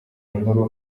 inkuru